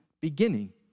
beginning